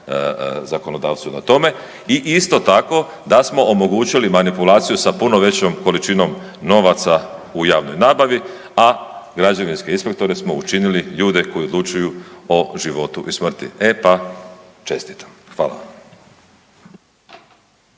zakonodavcu na tome i isto tako, da smo omogućili manipulaciju sa puno većom količinom novaca u javnoj nabavi, a građevinske inspektore smo učinili ljude koji odlučuju o životu i smrti. E pa čestitam. Hvala.